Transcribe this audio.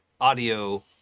audio